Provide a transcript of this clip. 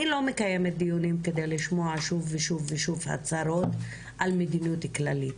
אני לא מקיימת דיונים כדי לשמוע שוב ושוב ושוב הצהרות על מדיניות כללית,